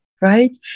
right